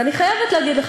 ואני חייבת להגיד לך,